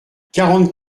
quarante